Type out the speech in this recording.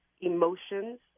emotions